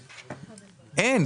אין.